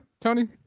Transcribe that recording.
Tony